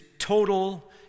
total